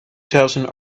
thousand